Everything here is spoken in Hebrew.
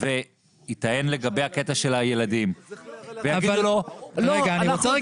וייטען לגבי הקטע של הילדים --- יגידו לו לא.